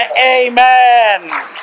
amen